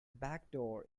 backdoor